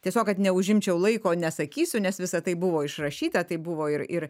tiesiog kad neužimčiau laiko nesakysiu nes visa tai buvo išrašyta tai buvo ir ir